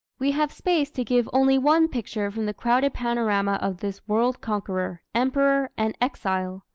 we have space to give only one picture from the crowded panorama of this world-conqueror, emperor, and exile.